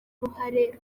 uruhare